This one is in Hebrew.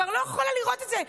אני כבר לא יכולה לראות את זה.